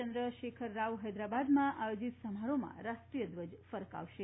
ચંદ્રેશખર રાવ હેદરાબાદમાં આયોજીત સમારોહમાં રાષ્ટ્રીય ધ્વજ ફરકાવશે